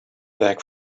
back